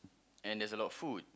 and there's a lot food